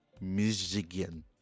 Michigan